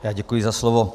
Já děkuji za slovo.